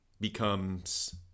becomes